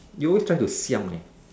you always try to siam eh